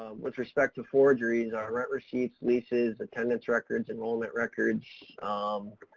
with respect to forgeries are rent receipts, leases, attendance records, enrollment records, um,